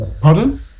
Pardon